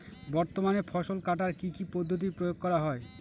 বর্তমানে ফসল কাটার কি কি পদ্ধতি প্রয়োগ করা হয়?